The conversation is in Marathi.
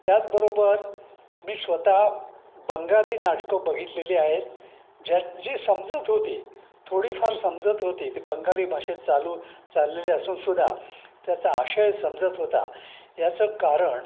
त्याचबरोबर मी स्वतः बंगाली नाटकं बघितलेली आहे ज्या जी समजत होती थोडीफार समजत होती ती बंगाली भाषेत चालू चाललेली असून सुद्धा त्याचा आशय समजत होता याचं कारण